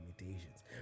limitations